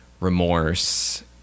remorse